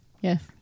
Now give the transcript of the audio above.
Yes